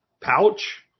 pouch